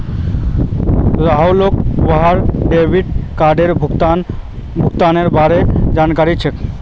राहुलक वहार डेबिट कार्डेर भुगतानेर बार जानकारी चाहिए